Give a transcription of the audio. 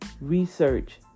Research